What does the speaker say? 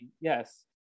Yes